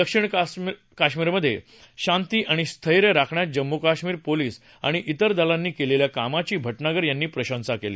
दक्षिण कश्मीरमधे शांती आणि स्थैर्य राखण्यात जम्मू कश्मीर पोलीस आणि तिर दलांनी केलेल्या कामाची भटनागर यांनी प्रशंसा केली